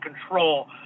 control